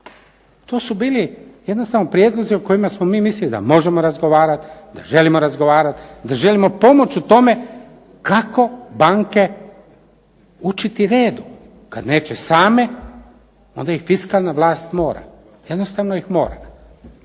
To su bili jednostavno prijedlozi o kojima smo mi mislili da možemo razgovarati, da želimo razgovarati, da želimo pomoći u tome kako banke učiti redu, kad neće same, onda ih fiskalna vlast mora. Jednostavno ih mora.